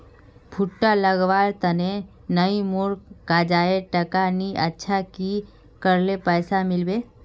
भुट्टा लगवार तने नई मोर काजाए टका नि अच्छा की करले पैसा मिलबे?